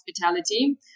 hospitality